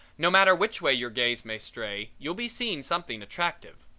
no matter which way your gaze may stray you'll be seeing something attractive.